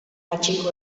patxiku